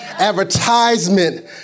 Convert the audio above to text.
advertisement